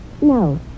No